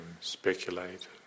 speculate